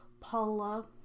Paula